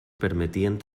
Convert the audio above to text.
permetien